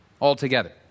altogether